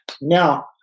Now